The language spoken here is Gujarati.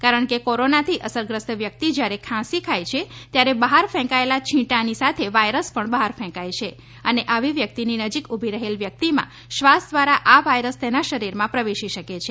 કારણ કે કોરોનાથી અસરગ્રસ્ત વ્યક્તિ જ્યારે ખાંસી ખાય છે ત્યારે બહાર ફેંકાયેલા છીટાંની સાથે વાયરસ પણ બહાર ફેંકાય છે અને આવી વ્યક્તિની નજીક ઉભી રહેલ વ્યક્તિમાં શ્વાસ દ્વારા આ વાયરસ તેના શરીરમાં પ્રવેશી શકે છે